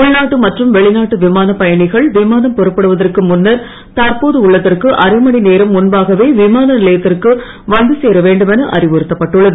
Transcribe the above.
உள்நாட்டு மற்றும் வெளிநாட்டு விமானப் பயணிகள் விமானம் புறப்படுவதற்கு முன்னர் தற்போது உள்ளதற்கு அரை மணி நேரம் முன்பாகவே விமானநிலையத்திற்கு வந்துசேர வேண்டுமென அறிவுறுத்தப் பட்டுள்ளது